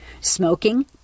Smoking